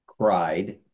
cried